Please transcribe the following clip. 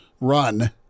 run